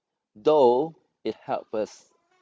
though it help us